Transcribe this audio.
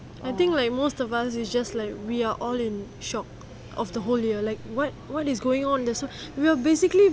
I think like most of us it's just like we are all in shock of the whole year like what what is going on this there's so we're basically